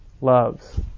loves